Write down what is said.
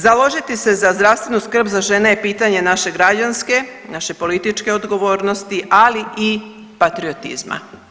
Založiti se za zdravstvenu skrb za žene je pitanje naše građanske, naše političke odgovornosti, ali i patriotizma.